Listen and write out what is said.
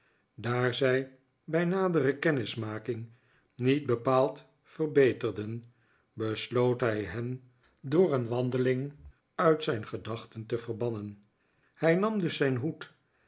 daar zij bij nadere kennismaking niet bepaald verbeterden besloot hij hen door een wandeling uit zijn gedachten te verbannen hij nam dus zijn hoed